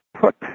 put